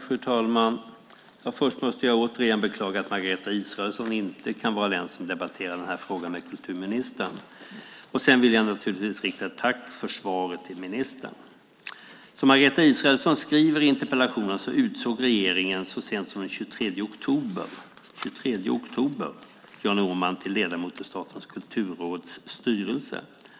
Fru talman! Först måste jag återigen beklaga att Margareta Israelsson inte kan vara den som debatterar frågan med kulturministern. Sedan vill jag naturligtvis rikta ett tack för svaret till ministern. Som Margareta Israelsson skriver i interpellationen utsåg regeringen så sent som den 23 oktober Jan Åman till ledamot i Statens kulturråds styrelse.